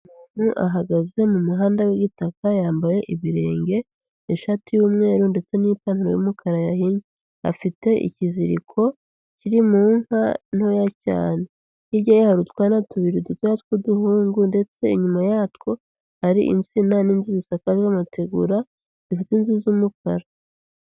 Umuntu ahagaze mu muhanda w'igitaka yambaye ibirenge, ishati y'umweru ndetse n'ipantaro y'umukara yahinnye. Afite ikiziriko kiri mu nka ntoya cyane .Hirya yayo hari utwana tubiri dutoya tw'uduhungu ndetse inyuma yatwo hari insina n'inzu zisakaje amategura zifite inzu z'umukara.